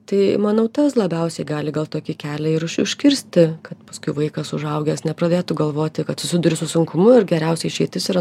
tai manau tas labiausiai gali gal tokį kelią ir už užkirsti kad paskui vaikas užaugęs nepradėtų galvoti kad susiduriu su sunkumu ir geriausia išeitis yra